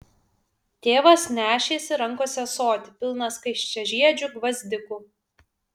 tėvas nešėsi rankose ąsotį pilną skaisčiažiedžių gvazdikų